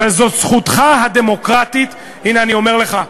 זאת זכותך הדמוקרטית, הנה אני אומר לך,